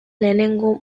lehenengo